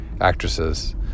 actresses